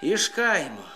iš kaimo